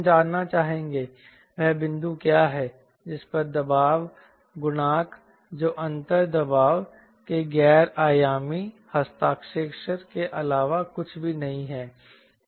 हम जानना चाहेंगे वह बिंदु क्या है जिस पर दबाव गुणांक जो अंतर दबाव के गैर आयामी हस्ताक्षर के अलावा कुछ भी नहीं है